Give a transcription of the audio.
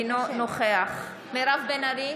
אינו נוכח מירב בן ארי,